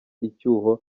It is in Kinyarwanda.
icyuho